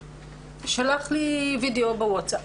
שלי שלח לי וידאו בוואטסאפ.